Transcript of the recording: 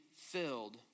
filled